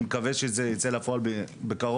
אני מקווה שזה ייצא לפועל בקרוב,